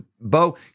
Bo